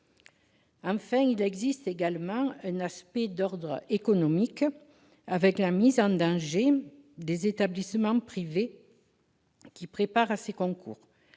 Enfin, il existe également un aspect économique, avec la mise en danger des établissements privés qui préparent à ces concours.